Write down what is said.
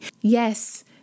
Yes